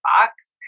box